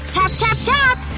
tap tap tap!